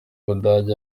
budage